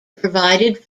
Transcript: provided